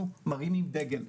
אנחנו מרימים דגל.